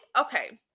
okay